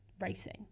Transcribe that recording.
racing